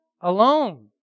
alone